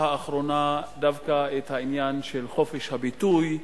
האחרונה דווקא את העניין של חופש הביטוי,